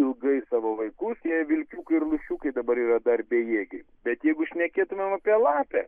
ilgai savo vaikus tie vilkiukai ir lūšiukai dabar yra dar bejėgiai bet jeigu šnekėtumėm apie lapę